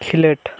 ᱠᱷᱤᱞᱟᱹᱰ